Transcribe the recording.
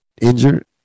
injured